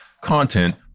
content